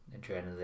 Adrenaline